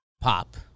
Pop